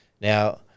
Now